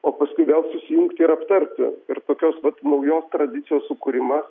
o paskui vėl susijungti ir aptarti ir tokios vat naujos tradicijos sukūrimas